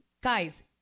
Guys